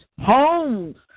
homes